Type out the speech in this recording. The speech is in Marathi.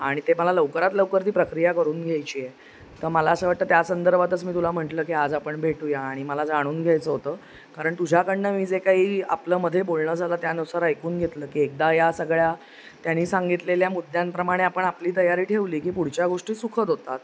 आणि ते मला लवकरात लवकर ती प्रक्रिया करून घ्यायचीय तं मला असं वाटतं त्या संदर्भातच मी तुला म्हंटलं की आज आपण भेटूया आणि मला जाणून घ्यायचं होतं कारण तुझ्याकडनं मी जे काई आपलं मधे बोलणं झालं त्यानुसार ऐकून घेतलं की एकदा या सगळ्या त्यांनी सांगितलेल्या मुद्यांप्रमाणे आपण आपली तयारी ठेवली की पुढच्या गोष्टी सुखत होतात